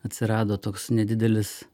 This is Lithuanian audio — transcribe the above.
atsirado toks nedidelis